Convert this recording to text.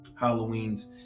Halloweens